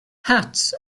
hats